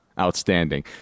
outstanding